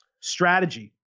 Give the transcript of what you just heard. strategy